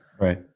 Right